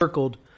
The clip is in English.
Circled